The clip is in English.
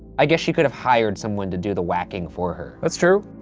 i guess she could have hired someone to do the whacking for her. that's true.